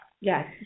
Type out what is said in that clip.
Yes